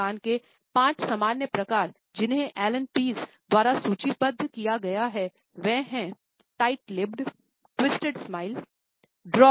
मुस्कान के 5 सामान्य प्रकार जिन्हें एलन पीज़ द्वारा सूचीबद्ध किया गया है वे हैं टाइट लिप्पेद है